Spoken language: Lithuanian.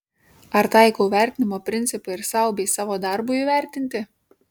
ar taikau vertinimo principą ir sau bei savo darbui įvertinti